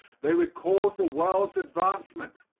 they record the world's advancement.